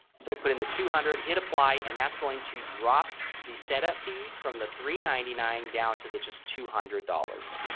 so put in the two hundred hit apply and that's going to drop the setup fee from the three ninety-nine down to the just two hundred dollars.